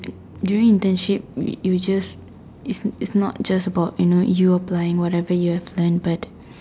during internship you just it's it's not just about you know you applying whatever you have learnt but